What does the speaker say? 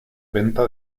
venta